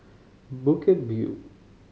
Bukit View